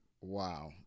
Wow